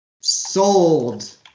sold